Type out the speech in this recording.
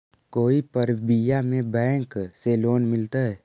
कोई परबिया में बैंक से लोन मिलतय?